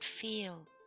feel